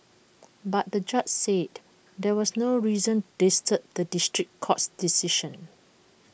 but the judge said there was no reason to disturb the district court's decision